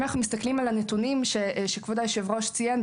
אם אנחנו מסתכלים על הנתונים שכבוד היושב-ראש ציין,